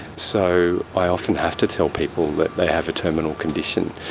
so i often have to tell people that they have a terminal condition.